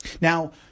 Now